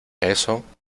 eso